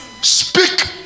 speak